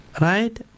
Right